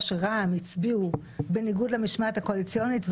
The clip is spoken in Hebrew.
שרע"מ הצביעו בניגוד למשמעת הקואליציונית,